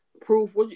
proof